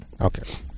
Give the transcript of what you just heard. Okay